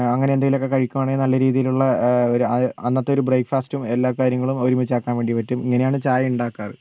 അങ്ങനെ എന്തേലൊക്കെ കഴിക്കുവാണേൽ നല്ല രീതിയിലുള്ള ഒരു അന്നത്തൊരു ബ്രേക്ക്ഫാസ്റ്റും എല്ലാ കാര്യങ്ങളും ഒരുമിച്ച് ആക്കാൻ വേണ്ടി പറ്റും ഇങ്ങനെയാണ് ചായ ഉണ്ടാക്കാറ്